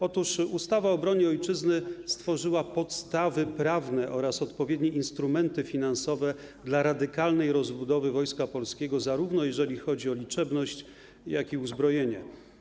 Otóż ustawa o obronie ojczyzny stworzyła podstawy prawne oraz odpowiednie instrumenty finansowe dla radykalnej rozbudowy Wojska Polskiego, zarówno jeżeli chodzi o liczebność, jak i uzbrojenie.